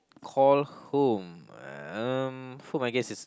call home um home I guess is